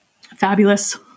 Fabulous